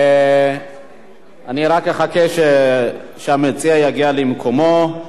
אני רק אחכה שהמציע יגיע למקומו.